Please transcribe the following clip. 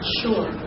sure